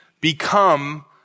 become